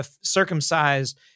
circumcised